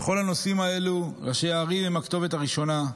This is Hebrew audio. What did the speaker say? בכל הנושאים האלו ראשי הערים הם הכתובת הראשונה.